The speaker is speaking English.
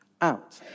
out